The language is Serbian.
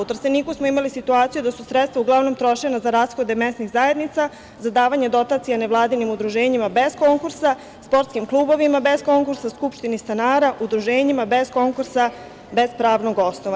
U Trsteniku smo imali situaciju da su sredstva uglavnom trošena za rashode mesnih zajednica, za davanje donacija nevladinim udruženjima, bez konkursa, sportskim klubovima, bez konkursa, skupštini stanara, udruženjima, bez konkurs, bez pravnog osnova.